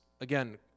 again